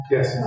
Yes